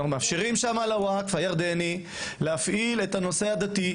אנחנו מאפשרים לווקף הירדני להפעיל את הנושא הדתי,